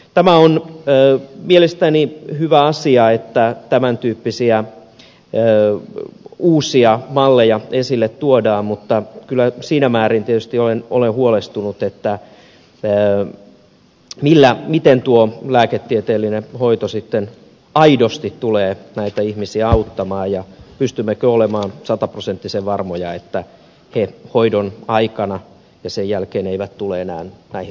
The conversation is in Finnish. tämä on mielestäni hyvä asia että tämän tyyppisiä uusia malleja esille tuodaan mutta kyllä siinä määrin tietysti olen huolestunut miten tuo lääketieteellinen hoito aidosti tulee näitä ihmisiä auttamaan ja pystymmekö olemaan sataprosenttisen varmoja että he hoidon aikana ja sen jälkeen eivät enää tule näihin rikoksiin syyllistymään